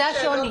זה השוני.